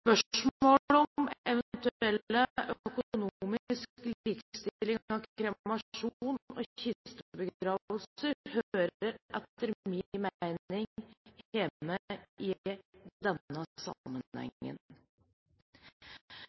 om eventuell økonomisk likestilling av kremasjon og kistebegravelse hører etter min mening hjemme i